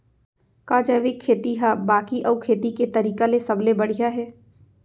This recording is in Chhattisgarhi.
का जैविक खेती हा बाकी अऊ खेती के तरीका ले सबले बढ़िया हे?